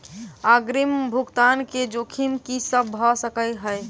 अग्रिम भुगतान केँ जोखिम की सब भऽ सकै हय?